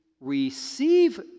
receive